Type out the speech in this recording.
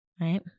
Right